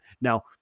Now